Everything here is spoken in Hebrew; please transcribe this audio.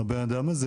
הבן אדם הזה,